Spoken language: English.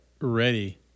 ready